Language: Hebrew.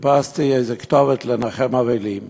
חיפשתי איזו כתובת לנחם אבלים.